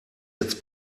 jetzt